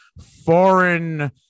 foreign